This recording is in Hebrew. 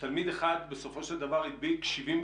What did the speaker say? שתלמיד אחד, בסופו של דבר, הדביק 75,